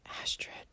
Astrid